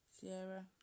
Sierra